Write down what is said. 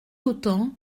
autant